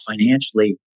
financially